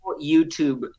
YouTube